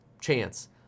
chance